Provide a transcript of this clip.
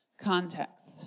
context